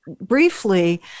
briefly